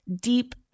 deep